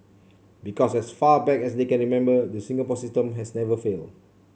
because as far back as they can remember the Singapore system has never failed